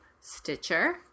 Stitcher